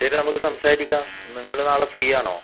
ശരി നമ്മൾക്ക് സംസാരിക്കാം നിങ്ങൾ നാളെ ഫ്രീ ആണോ